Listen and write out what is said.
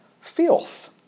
filth